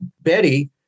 Betty